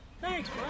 Thanks